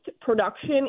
production